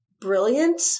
brilliant